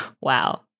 wow